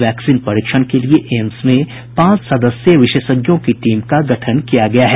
vaccine परीक्षण के लिए एम्स में पांच सदस्यीय विशेषज्ञों की टीम का गठन किया गया है